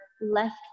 left